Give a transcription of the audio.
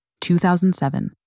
2007